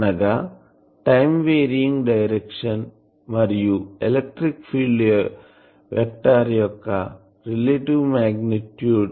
అనగా time varying direction మరియు electric field vector యొక్క రిలెటివ్ మాగ్నిట్యూడ్